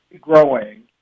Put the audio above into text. growing